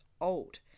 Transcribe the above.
old